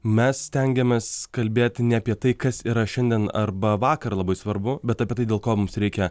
mes stengiamės kalbėti ne apie tai kas yra šiandien arba vakar labai svarbu bet apie tai dėl ko mums reikia